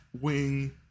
wing